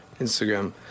Instagram